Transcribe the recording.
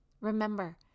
Remember